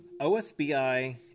OSBI